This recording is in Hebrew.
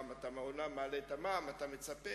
חושבים שכל התבונה ניתנה להם ואלה שבשלטון המקומי לא מבינים,